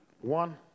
One